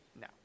No